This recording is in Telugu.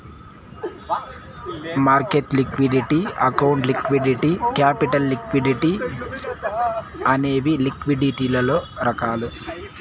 market liquidity account liquidity capital liquidity అనేవి లిక్విడిటీలలో రకాలు